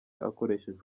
akoresheje